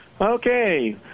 Okay